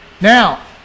Now